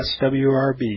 swrb